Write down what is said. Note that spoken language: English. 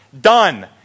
Done